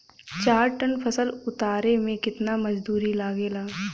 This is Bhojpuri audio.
चार टन फसल उतारे में कितना मजदूरी लागेला?